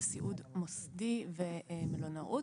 סיעוד מוסדי ומלונאות.